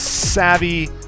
savvy